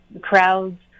crowds